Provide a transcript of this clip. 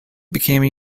became